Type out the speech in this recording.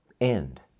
end